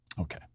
Okay